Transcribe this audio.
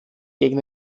gegen